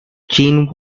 gene